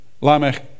Lamech